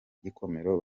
gikomero